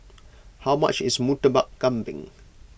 how much is Murtabak Kambing